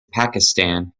pakistan